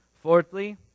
Fourthly